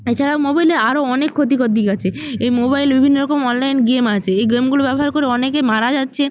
এছাড়াও মোবাইলের আরো অনেক ক্ষতিকর দিক আছে এই মোবাইলে বিভিন্ন রকম অনলাইন গেম আছে এই গেমগুলো ব্যবহার করে অনেকেই মারা যাচ্ছে